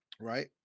right